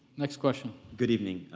next question. good evening.